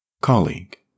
Colleague